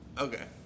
Okay